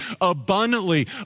abundantly